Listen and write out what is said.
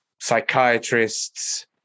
psychiatrists